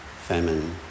famine